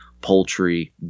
poultry